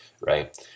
right